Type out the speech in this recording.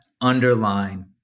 Underline